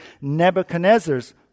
Nebuchadnezzar's